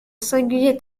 singulier